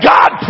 God